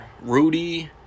Rudy